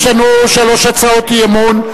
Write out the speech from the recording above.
יש לנו שלוש הצעות אי-אמון,